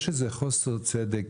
יש איזה חוסר צדק,